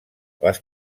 les